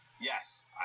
Yes